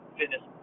fitness